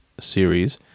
series